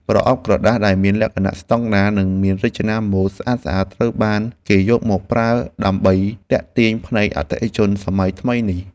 ប្រអប់ក្រដាសដែលមានលក្ខណៈស្តង់ដារនិងមានរចនាម៉ូដស្អាតៗត្រូវបានគេយកមកប្រើដើម្បីទាក់ទាញភ្នែកអតិថិជនសម័យថ្មីនេះ។